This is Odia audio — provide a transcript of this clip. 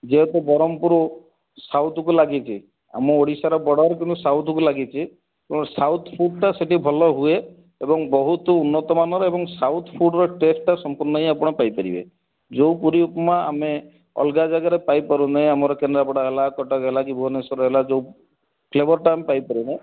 ଯେହେତୁ ବ୍ରହ୍ମପୁର ସାଉଥକୁ ଲାଗିଛି ଆମ ଓଡ଼ିଶାର ବର୍ଡ଼ର କିନ୍ତୁ ସାଉଥ୍କୁ ଲାଗିଛି ତେଣୁ ସାଉଥ୍ ଫୁଡ଼ଟା ସେଇଠି ଭଲହୁଏ ଏବଂ ବହୁତ ଉନ୍ନତ ମାନର ଏବଂ ସାଉଥ୍ ଫୁଡ଼ର ଟେଷ୍ଟଟା ସମ୍ପୂର୍ଣ ହିଁ ଆପଣ ପାଇପାରିବେ ଯେଉଁ ପୁରି ଉପମା ଆମେ ଅଲଗା ଜାଗାରେ ପାଇପାରୁନେ ଆମର କେନ୍ଦ୍ରାପଡ଼ା ହେଲା କଟକ ହେଲା କି ଭୁବନେଶ୍ୱର ହେଲା ଯେଉଁ ଫ୍ଲେଭରଟା ଆମେ ପାଇପାରୁନେ